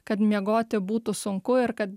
kad miegoti būtų sunku ir kad